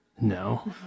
no